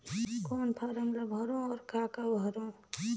कौन फारम ला भरो और काका भरो?